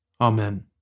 Amen